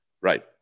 Right